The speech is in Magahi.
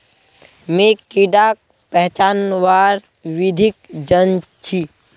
मी कीडाक पहचानवार विधिक जन छी